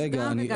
יש גם וגם.